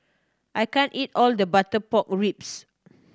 I can't eat all the butter pork ribs